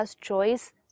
choice